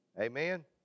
Amen